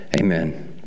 Amen